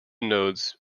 nodes